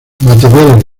materiales